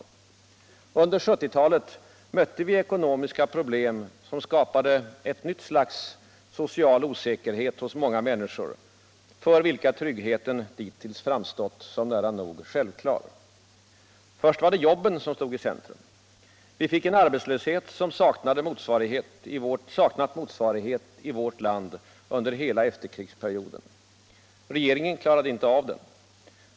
Under 1970-talet mötte vi ekonomiska problem som skapade ett nytt slags social osäkerhet hos många människor, för vilka tryggheten dittills framstått som nära nog självklar. Först var det jobben som stod i centrum. Vi fick en arbetslöshet som saknat motsvarighet i vårt land under hela efterkrigstiden. Regeringen klarade inte av den.